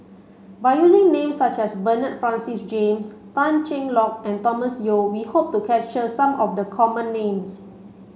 by using names such as Bernard Francis James Tan Cheng Lock and Thomas Yeo we hope to capture some of the common names